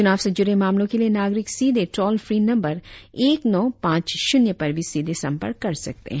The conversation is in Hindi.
चुनाव से जूड़े मामलो के लिए नागरिक सिधे टोल फ्री नंबर एक नौ पांच शुन्य पर भी सीधे संपर्क कर सकते है